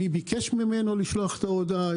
מי ביקש ממנו לשלוח את ההודעה.